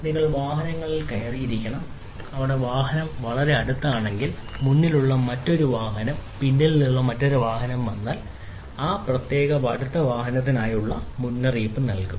നിങ്ങൾ വാഹനങ്ങളിൽ കയറിയിരിക്കണം അവിടെ വാഹനം വാഹനത്തിന് വളരെ അടുത്താണെങ്കിൽ മുന്നിലുള്ള മറ്റൊരു വാഹനം അല്ലെങ്കിൽ പിന്നിൽ നിന്ന് മറ്റൊരു വാഹനം വന്നാൽ ആ പ്രത്യേക വാഹനത്തിന് അടുത്തായി വാഹനം മുന്നറിയിപ്പ് നൽകും